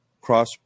cross